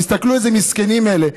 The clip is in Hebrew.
תסתכלו אילו מסכנים אלה.